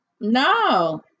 No